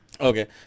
Okay